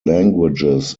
languages